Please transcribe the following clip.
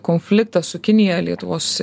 konfliktas su kinija lietuvos